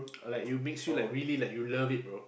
like you makes you like you really like you love it bro